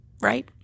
Right